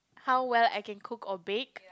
how well I can cook or bake